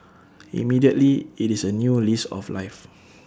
immediately IT is A new lease of life